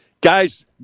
guys